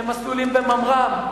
מסלולים בממר"ם.